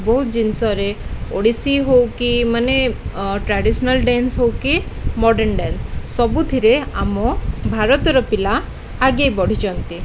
ବହୁତ ଜିନିଷରେ ଓଡ଼ିଶୀ ହଉ କିି ମାନେ ଟ୍ରାଡ଼ିସ୍ନାଲ୍ ଡ୍ୟାନ୍ସ ହଉ କି ମଡ଼ର୍ଣ୍ଣ ଡ୍ୟାନ୍ସ ସବୁଥିରେ ଆମ ଭାରତର ପିଲା ଆଗେ ବଢ଼ିଛନ୍ତି